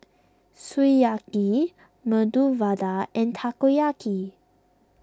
Sukiyaki Medu Vada and Takoyaki